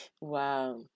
Wow